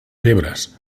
febres